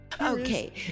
okay